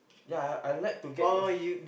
ya I like to get in